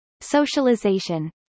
Socialization